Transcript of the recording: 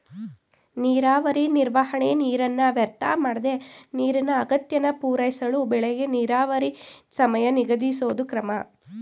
ನೀರಾವರಿ ನಿರ್ವಹಣೆ ನೀರನ್ನ ವ್ಯರ್ಥಮಾಡ್ದೆ ನೀರಿನ ಅಗತ್ಯನ ಪೂರೈಸಳು ಬೆಳೆಗೆ ನೀರಾವರಿ ಸಮಯ ನಿಗದಿಸೋದು ಕ್ರಮ